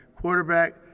quarterback